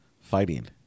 fighting